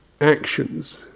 actions